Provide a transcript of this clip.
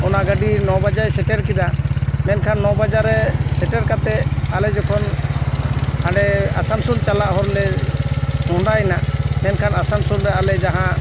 ᱚᱱᱟ ᱜᱟᱹᱰᱤ ᱱᱚ ᱵᱟᱡᱮᱭ ᱥᱮᱴᱮᱨ ᱠᱮᱫᱟ ᱢᱮᱱᱠᱷᱟᱱ ᱱᱚ ᱵᱟᱡᱮᱨᱮ ᱥᱮᱴᱮᱨ ᱠᱟᱛᱮ ᱟᱞᱮ ᱡᱚᱠᱷᱚᱱ ᱦᱟᱸᱰᱮ ᱟᱥᱟᱱᱥᱳᱞ ᱪᱟᱞᱟᱜ ᱦᱚᱨᱞᱮ ᱢᱚᱦᱚᱰᱟᱭᱮᱱᱟ ᱢᱮᱱᱠᱷᱟᱱ ᱟᱥᱟᱱᱥᱳᱞ ᱨᱮ ᱟᱞᱮ ᱡᱟᱦᱟᱸ